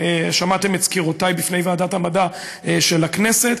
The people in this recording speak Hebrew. שמעתם את סקירותיי לפני ועדת המדע של הכנסת,